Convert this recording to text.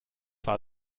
war